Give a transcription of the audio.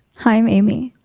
hi, i'm amy.